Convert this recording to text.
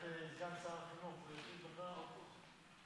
סגן שר החינוך, תשובה של 200 עמודים.